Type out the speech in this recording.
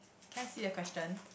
can I see the question